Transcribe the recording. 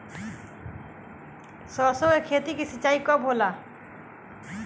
सरसों की खेती के सिंचाई कब होला?